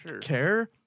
care